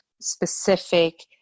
specific